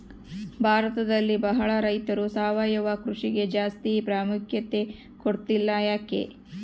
ಭಾರತದಲ್ಲಿ ಬಹಳ ರೈತರು ಸಾವಯವ ಕೃಷಿಗೆ ಜಾಸ್ತಿ ಪ್ರಾಮುಖ್ಯತೆ ಕೊಡ್ತಿಲ್ಲ ಯಾಕೆ?